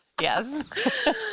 yes